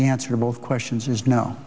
answer both questions is no